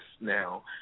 Now